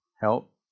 help